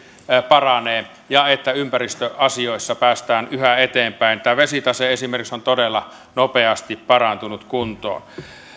paranee ja että ympäristöasioissa päästään yhä eteenpäin tämä vesitase esimerkiksi on todella nopeasti parantunut kuntoon